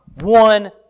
one